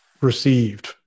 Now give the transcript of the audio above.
received